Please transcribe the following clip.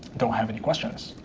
don't have any questions.